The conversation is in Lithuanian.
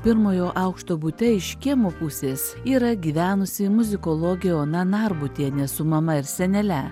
pirmojo aukšto bute iš kiemo pusės yra gyvenusi muzikologė ona narbutienė su mama ir senele